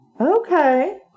Okay